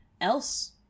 else